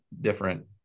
different